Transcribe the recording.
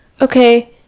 Okay